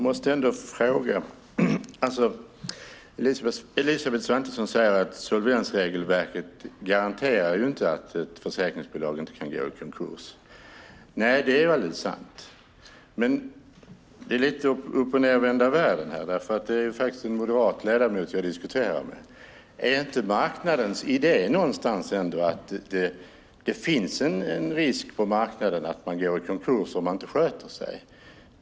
Herr talman! Elisabeth Svantesson säger att solvensregelverket inte garanterar att ett försäkringsbolag inte kan gå i konkurs. Det är alldeles sant. Men det är ändå lite uppochnedvända världen här, för det är faktiskt en moderat ledamot jag diskuterar med. Är inte marknadens idé just att det finns en risk för att man går i konkurs om man inte sköter sig?